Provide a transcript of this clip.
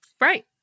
Right